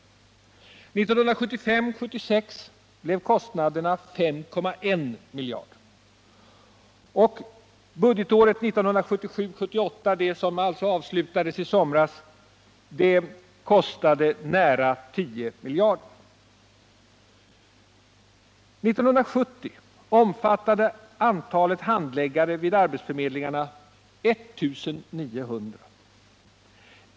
1975 78, det som alltså avslutades i somras, kostade närmare 10 miljarder. År 1970 var antalet handläggare vid arbetsförmedlingarna 1 900.